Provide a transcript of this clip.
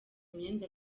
imyenda